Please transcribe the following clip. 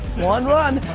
one, one.